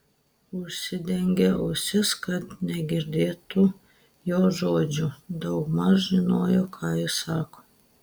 užsidengė ausis kad negirdėtų jos žodžių daugmaž žinojo ką ji sako